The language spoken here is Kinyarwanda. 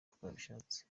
twabishatse